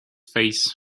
face